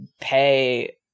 pay